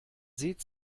seht